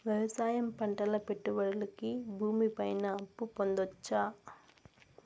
వ్యవసాయం పంటల పెట్టుబడులు కి భూమి పైన అప్పు పొందొచ్చా?